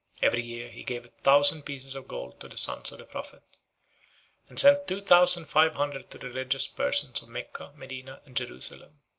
every year he gave a thousand pieces of gold to the sons of the prophet and sent two thousand five hundred to the religious persons of mecca, medina, and jerusalem.